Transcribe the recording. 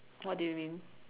what do you mean